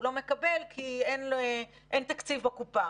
הוא לא מקבל כי אין תקציב בקופה.